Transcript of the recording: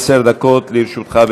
עשר דקות לרשותך.